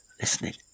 listening